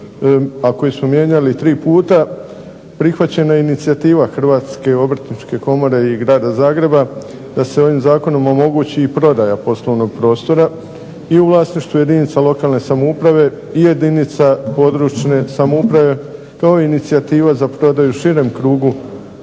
koji smo mijenjali tri puta prihvaćena je inicijativa Hrvatske obrtničke komore i Grada Zagreba da se ovim zakonom omogući i prodaja poslovnog prostora i u vlasništvu jedinica lokalne samouprave i jedinica područne samouprave kao inicijativa za prodaju širem krugu